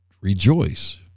rejoice